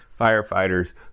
firefighters